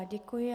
Děkuji.